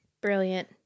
Brilliant